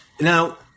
Now